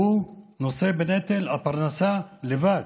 והוא נושא בנטל הפרנסה לבד.